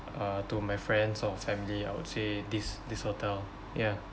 uh to my friends or family I would say this this hotel yeah